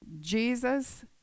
Jesus